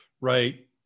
right